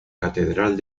catedral